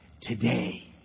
today